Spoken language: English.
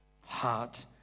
heart